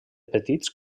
petits